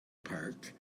park